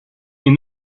est